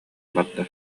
барда